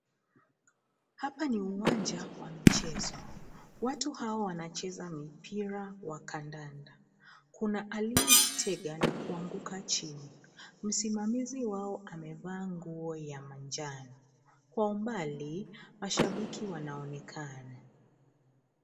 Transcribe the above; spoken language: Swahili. Hapa ni uwanja wa michezo watu hao wanacheza mpira wa kandanda, kunaaliyejitega na kuanguka chini. Msimamizi wao amevaa nguo ya manjano, kwa umbali mashabiki wanaonekana.